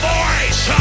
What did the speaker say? voice